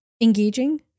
engaging